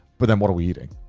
but then what are we eating?